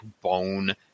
bone